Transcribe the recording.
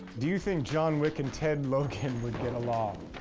do you think john wick and ted logan would get along?